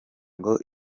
ngo